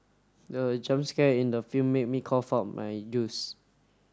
the jump scare in the film made me cough out my juice